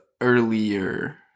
earlier